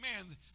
Amen